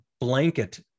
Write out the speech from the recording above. blanket